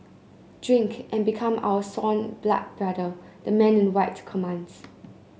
drink and become our sworn blood brother the man in white commands